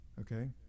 okay